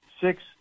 six